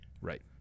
right